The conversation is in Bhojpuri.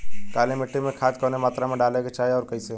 काली मिट्टी में खाद कवने मात्रा में डाले के चाही अउर कइसे?